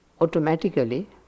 automatically